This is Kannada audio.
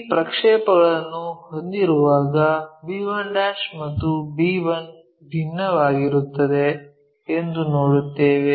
ಈ ಪ್ರಕ್ಷೇಪಣಗಳನ್ನು ಹೊಂದಿರುವಾಗ b1 ಮತ್ತು b1 ವಿಭಿನ್ನವಾಗಿರುತ್ತದೆ ಎಂದು ನೋಡುತ್ತೇವೆ